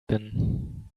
bin